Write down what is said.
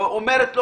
והוא אומר לה,